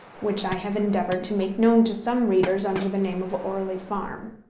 which i have endeavoured to make known to some readers under the name of orley farm.